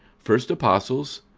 first apostles,